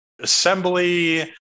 assembly